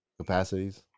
Capacities